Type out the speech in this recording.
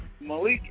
Malik